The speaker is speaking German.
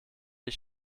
ich